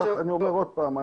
אני אומר עוד פעם,